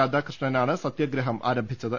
രാധാകൃഷ്ണനാണ് സത്യഗ്രഹം ആരം ഭിച്ചത്